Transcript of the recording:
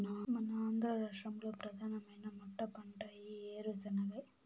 మన ఆంధ్ర రాష్ట్రంలో ప్రధానమైన మెట్టపంట ఈ ఏరుశెనగే